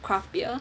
craft beer